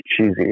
cheesy